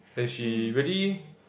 and she really